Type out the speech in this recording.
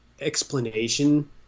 explanation